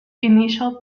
initial